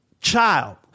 child